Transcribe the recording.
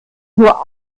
nur